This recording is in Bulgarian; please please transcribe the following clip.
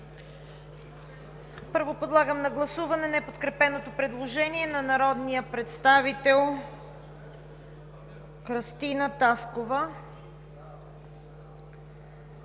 подлагам на гласуване неподкрепеното предложение на народния представител Кръстина Таскова,